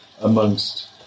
amongst